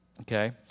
Okay